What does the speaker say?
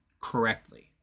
correctly